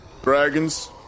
Dragons